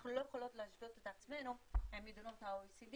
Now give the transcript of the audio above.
אנחנו לא יכולות להשוות את עצמנו למדינות ה-OECD